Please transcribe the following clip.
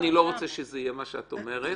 אני לא רוצה שיהיה מה שאת אומרת,